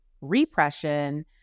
repression